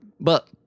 But-